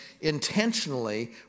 intentionally